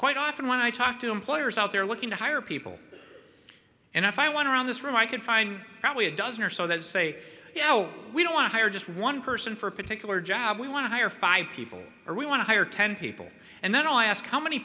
quite often when i talk to employers out there looking to hire people and if i want to around this room i can find probably a dozen or so that say you know we don't want to hire just one person for a particular job we want to hire five people or we want to hire ten people and then i ask how many